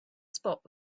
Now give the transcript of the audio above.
spot